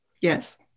Yes